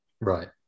Right